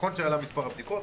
נכון שעלו מס' הבדיקות,